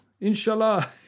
inshallah